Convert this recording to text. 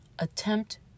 Attempt